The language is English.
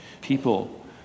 people